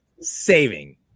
saving